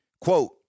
Quote